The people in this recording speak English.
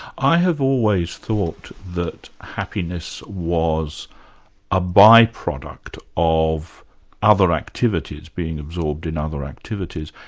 i have always thought that happiness was a by-product of other activities, being absorbed in other activities.